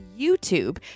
YouTube